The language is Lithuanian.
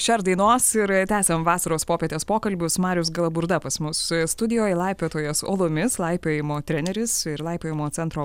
šer dainos ir tęsiam vasaros popietės pokalbius marius galaburda pas mus studijoj laipiotojas uolomis laipiojimo treneris ir laipiojimo centro